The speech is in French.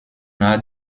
art